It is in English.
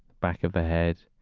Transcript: back of the head.